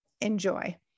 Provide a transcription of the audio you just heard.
enjoy